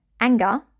anger